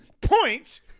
point